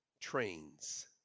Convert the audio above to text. trains